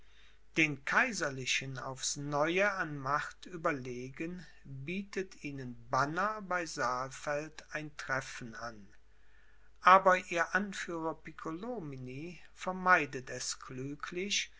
den kaiserlichen aufs neue an macht überlegen bietet ihnen banner bei saalfeld ein treffen an aber ihr anführer piccolomini vermeidet es